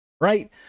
right